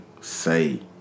Say